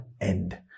end